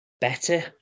better